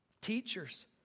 Teachers